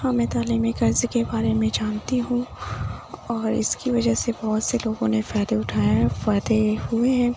ہاں میں تعلیمی قرض کے بارے میں جانتی ہوں اور اِس کی وجہ سے بہت سے لوگوں نے فائدے اُٹھائے ہیں فائدے ہوئے ہیں